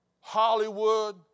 Hollywood